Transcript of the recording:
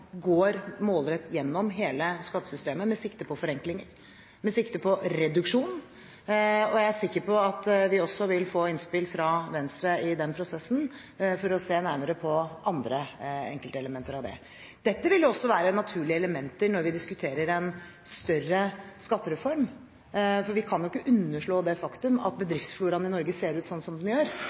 går målrettet gjennom hele skattesystemet med sikte på forenkling og reduksjon. Jeg er sikker på at vi også vil få innspill fra Venstre i den prosessen for å se nærmere på andre enkeltelementer av det. Dette vil også være naturlige elementer når vi diskuterer en større skattereform, for vi kan ikke underslå det faktum at bedriftsfloraen i Norge ser ut sånn som den gjør.